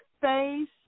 face